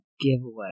giveaway